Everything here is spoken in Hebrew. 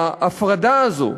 ההפרדה הזאת,